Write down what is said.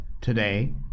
today